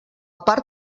part